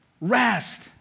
rest